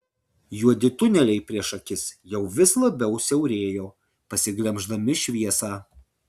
juodi tuneliai prieš akis jau vis labiau siaurėjo pasiglemždami šviesą